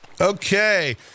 Okay